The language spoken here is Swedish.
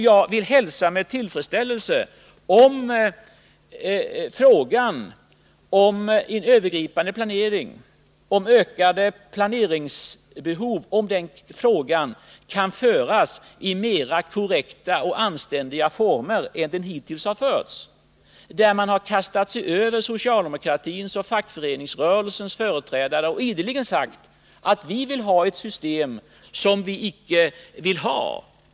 Jag vill hälsa med tillfredsställelse om frågan om en övergripande planering kan diskuteras i mera korrekta och anständiga former än den debatt som hittills har förts, där man har kastat sig över socialdemokratins och fackföreningsrörelsens företrädare och beskyllt oss för en politik vi inte vill ha.